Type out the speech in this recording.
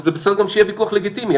וזה בסדר גם שיהיה ויכוח לגיטימי.